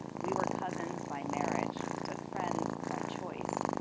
we were cousins by marriage, but friends by choice.